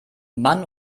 mann